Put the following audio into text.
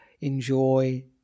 enjoy